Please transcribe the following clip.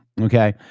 Okay